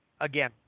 Again